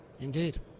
Indeed